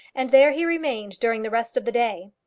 and there he remained during the rest of the day.